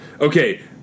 Okay